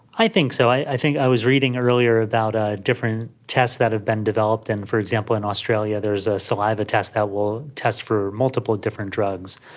i think so. i think i was reading earlier about ah different tests that have been developed. and for example, in australia there is a saliva test that will test for multiple different drugs.